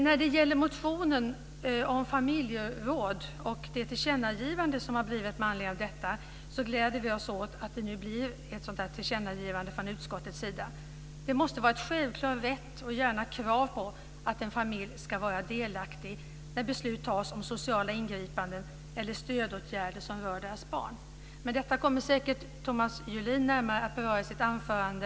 När det gäller motionen om familjeråd och det tillkännagivande som har gjorts med anledning av denna vill jag säga att vi gläder oss åt att det blir ett sådant tillkännagivande från utskottets sida. Det måste vara en självklar rätt - gärna ett krav - att familjen ska vara delaktig när beslut tas om sociala ingripanden eller stödåtgärder som rör barnen. Detta kommer säkert Thomas Julin att beröra närmare i sitt anförande.